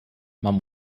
man